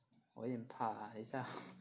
我有一点怕等一下